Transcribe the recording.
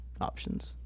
options